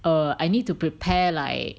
err I need to prepare like